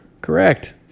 Correct